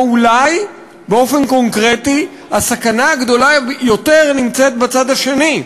או אולי באופן קונקרטי הסכנה הגדולה יותר נמצאת בצד השני,